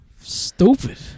Stupid